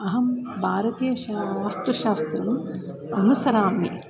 अहं भारतीयवास्तुशास्त्रम् अनुसरामि